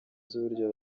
z’uburyo